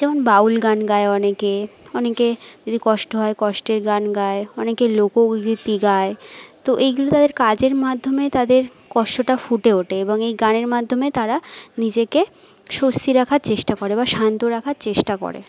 যেমন বাউল গান গায় অনেকে অনেকে যদি কষ্ট হয় কষ্টের গান গায় অনেকে লোকগীতি গায় তো এইগুলো তাদের কাজের মাধ্যমে তাদের কষ্টটা ফুটে ওঠে এবং এই গানের মাধ্যমে তারা নিজেকে স্বস্তি রাখার চেষ্টা করে বা শান্ত রাখার চেষ্টা করে